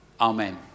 Amen